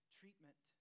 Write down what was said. treatment